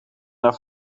naar